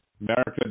America